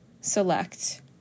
select